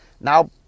now